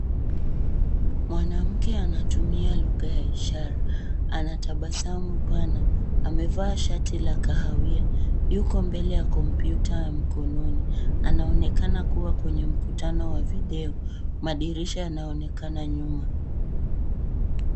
Mwanamke anatumia lugha ya ishara, ana tabasamu pana. Amevaa shati la kahawia, yuko mbele ya kompyuta ya mkononi. Anaonekana kuwa kwenye mkutano wa video. Madirisha yanaonekana nyuma.